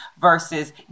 versus